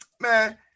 man